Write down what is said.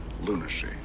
lunacy